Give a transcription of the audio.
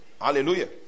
Hallelujah